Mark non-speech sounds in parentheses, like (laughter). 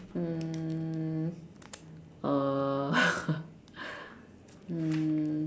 um uh (laughs) um